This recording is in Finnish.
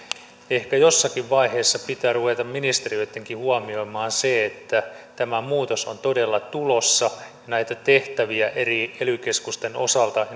ehkä jossakin vaiheessa pitää ruveta ministeriöittenkin huomioimaan se että tämä muutos on todella tulossa näitä tehtäviä eri ely keskusten osalta